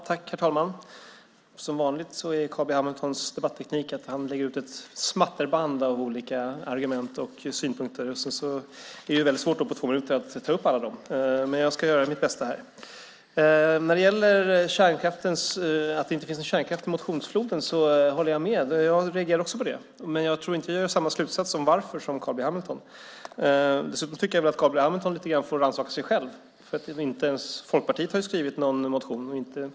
Herr talman! Som vanligt är Carl B Hamiltons debatteknik att han lägger ut ett smatterband av olika argument och synpunkter. Det är väldigt svårt att på två minuter ta upp alla, men jag ska göra mitt bästa. När det gäller att det inte finns några förslag om kärnkraft i motionsfloden håller jag med. Jag reagerade också på det. Men jag tror inte att jag drar samma slutsats av det som Carl B Hamilton. Dessutom tycker jag att Carl B Hamilton får rannsaka sig själv lite grann. Inte ens Folkpartiet har skrivit någon motion.